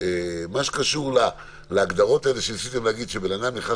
מה שקשור להגדרות שניסיתם להגיד שבן אדם נכנס